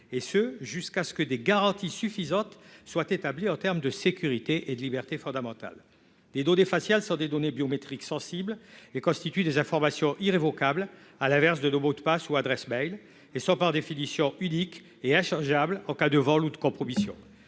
et ce jusqu'à ce que des garanties suffisantes soient établies en matière de sécurité et de libertés fondamentales. Les données faciales sont des données biométriques sensibles et constituent des informations irrévocables, à l'inverse de nos mots de passe ou adresses mail. Elles sont par définition uniques et inchangeables en cas de vol ou de compromission.